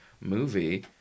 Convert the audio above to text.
movie